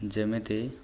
ଯେମିତି